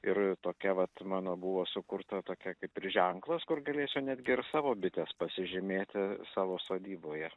ir tokia vat mano buvo sukurta tokia kaip ir ženklas kur galėčiau netgi ir savo bites pasižymėti savo sodyboje